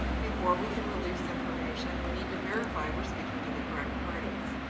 before we can release information, we need to verify we're speaking to the correct party.